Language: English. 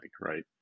right